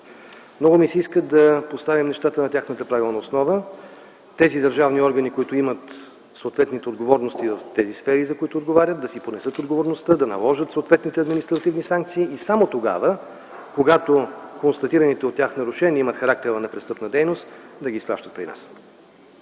Много ми се иска да поставим нещата на тяхната правилна основа. Тези държавни органи, които имат съответните отговорности в тези сфери, в които отговарят, да си понесат отговорността, да наложат съответните административни санкции и само когато констатираните от тях нарушения имат характера на престъпна дейност, да ги изпращат при нас.